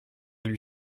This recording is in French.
lui